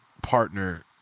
partner